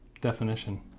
Definition